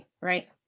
right